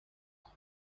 انچه